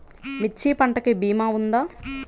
మిర్చి పంటకి భీమా ఉందా?